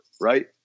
right